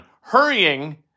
Hurrying